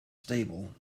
stable